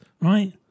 right